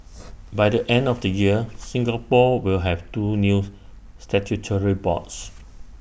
by the end of the year Singapore will have two news statutory boards